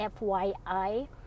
FYI